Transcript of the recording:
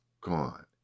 gone